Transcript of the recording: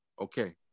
Okay